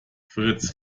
fritz